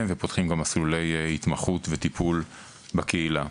ופותחים גם מסלולי התמחות וטיפול בקהילה.